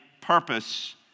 purpose